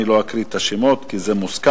אני לא אקריא את השמות, כי זה מוסכם.